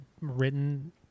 written